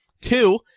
Two